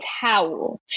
towel